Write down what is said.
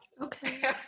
Okay